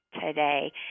today